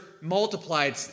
multiplied